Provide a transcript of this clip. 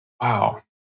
Wow